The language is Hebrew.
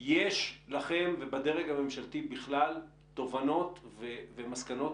יש לכם ובדרג הממשלתי בכלל תובנות ומסקנות